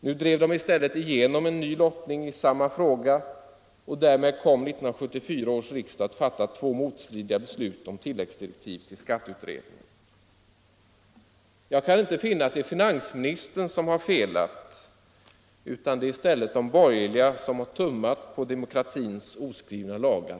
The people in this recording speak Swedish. Nu drev de i stället igenom en ny lottning i samma fråga och därmed kom 1974 års riksdag att fatta två motstridiga beslut om tillläggsdirektiv till skatteutredningen. Jag kan inte finna att det är finansministern som har felat, utan det är i stället de borgerliga som tummat på demokratins oskrivna lagar.